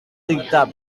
dictar